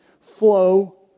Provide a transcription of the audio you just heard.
flow